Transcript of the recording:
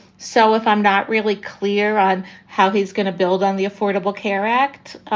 so if i'm not really clear on how he's going to build on the affordable care act,